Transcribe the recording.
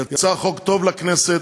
יצא חוק טוב לכנסת,